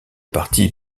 parti